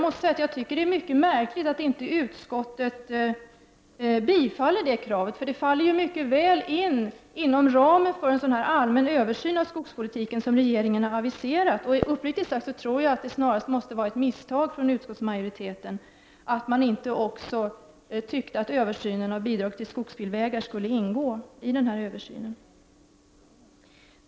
Det är mycket märkligt att utskottet inte biträder det kravet. Det faller mycket väl in inom ramen för en sådan allmän översyn av skogspolitiken som regeringen har aviserat. Jag tror uppriktigt sagt att det snarast måste vara ett misstag från utskottsmajoriteten att man inte tyckte att också bidraget till skogsbilvägar skulle ingå i den här översynen.